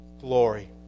glory